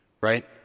right